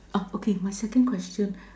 ah okay my second question